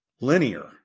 linear